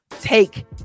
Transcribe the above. take